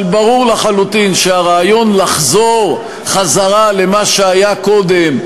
אבל ברור לחלוטין שהרעיון לחזור למה שהיה קודם,